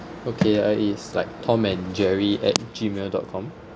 okay uh it's like tom and jerry at gmail dot com